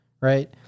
Right